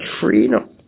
freedom